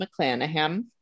McClanahan